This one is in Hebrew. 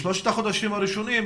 בשלושת החודשים הראשונים,